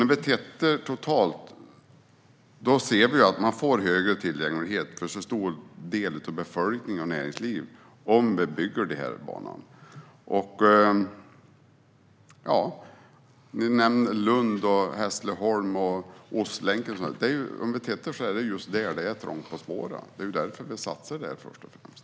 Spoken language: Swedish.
När vi tittar totalt ser vi att man får en högre tillgänglighet för en stor del av befolkningen och näringslivet om vi bygger den här banan. Lund, Hässleholm och Ostlänken nämndes. Om vi tittar efter ser vi att det är just där det är trångt på spåren, och det är därför vi satsar där först och främst.